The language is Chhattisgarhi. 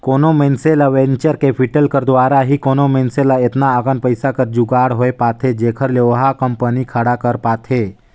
कोनो मइनसे ल वेंचर कैपिटल कर दुवारा ही कोनो मइनसे ल एतना अकन पइसा कर जुगाड़ होए पाथे जेखर ले ओहा कंपनी खड़ा कर पाथे